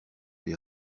les